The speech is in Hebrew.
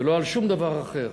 ולא על שום דבר אחר.